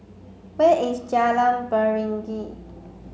where is Jalan Beringin